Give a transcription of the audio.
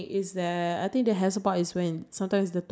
would use it they wouldn't let me use it